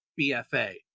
BFA